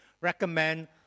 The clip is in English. recommend